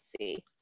see